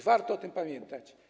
Warto o tym pamiętać.